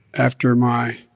after my